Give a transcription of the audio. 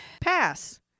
Pass